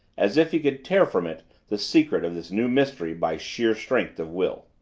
as if he could tear from it the secret of this new mystery by sheer strength of will.